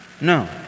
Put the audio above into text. No